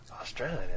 Australian